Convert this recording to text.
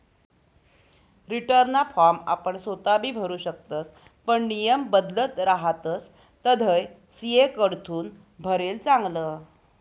रीटर्नना फॉर्म आपण सोताबी भरु शकतस पण नियम बदलत रहातस तधय सी.ए कडथून भरेल चांगलं